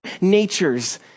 natures